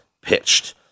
pitched